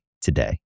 today